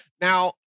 Now